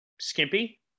skimpy